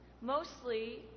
Mostly